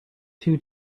too